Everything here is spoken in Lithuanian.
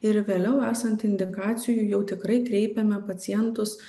ir vėliau esant indikacijų jau tikrai kreipiame pacientus